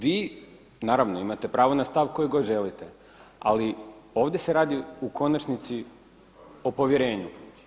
Vi, naravno imate pravo na stav koji god želite, ali ovdje se radi u konačnici o povjerenju.